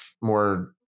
more